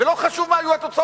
ולא חשוב מה יהיו התוצאות.